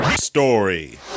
Story